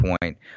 point